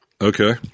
Okay